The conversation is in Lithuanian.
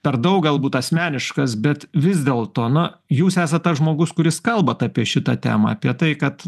per daug galbūt asmeniškas bet vis dėlto na jūs esat tas žmogus kuris kalbat apie šitą temą apie tai kad